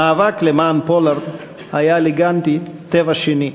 המאבק למען פולארד היה לגנדי טבע שני,